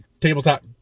tabletop